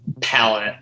palette